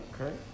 Okay